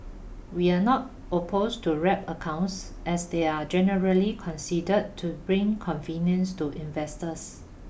we are not opposed to wrap accounts as they are generally considered to bring convenience to investors